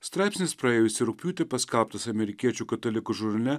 straipsnis praėjusį rugpjūtį paskelbtas amerikiečių katalikų žurnle